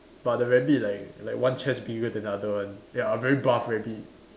but the rabbit like like one chest bigger than the other one ya a very buff rabbit